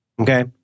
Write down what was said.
Okay